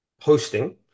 hosting